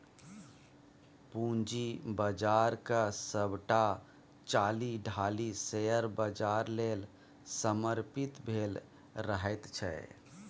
पूंजी बाजारक सभटा चालि ढालि शेयर बाजार लेल समर्पित भेल रहैत छै